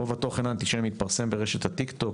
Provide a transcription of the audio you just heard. רוב התוכן האנטישמי התפרסם ברשת הטיקטוק,